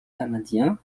canadien